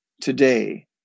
today